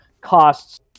costs